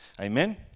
Amen